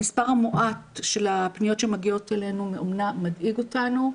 המספר המועט של פניות שמגיעות אלינו מאומנה מדאיג אותנו,